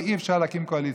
ואי-אפשר להקים קואליציה.